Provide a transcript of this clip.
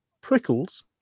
Prickles